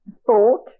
sport